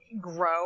grow